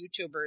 YouTubers